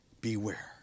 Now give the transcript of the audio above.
beware